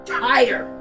tighter